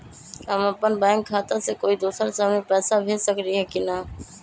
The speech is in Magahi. हम अपन बैंक खाता से कोई दोसर शहर में पैसा भेज सकली ह की न?